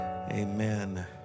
Amen